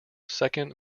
second